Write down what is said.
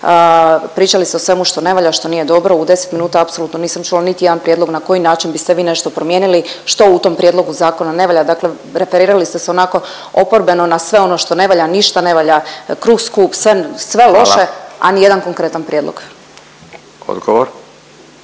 pričali ste o svemu što ne valja, što nije dobro, u 10 minuta apsolutno nisam čula niti jedan prijedlog na koji način biste vi nešto promijenili, što u tom prijedlogu zakona ne valja, dakle referirali ste se onako oporbeno na sve ono što ne valja, ništa ne valja, kruv skup, sve, sve loše… …/Upadica Radin: